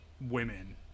women